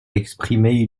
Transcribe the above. exprimer